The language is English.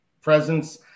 presence